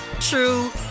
true